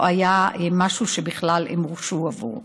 משהו שהם הורשעו עליו בכלל.